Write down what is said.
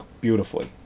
beautifully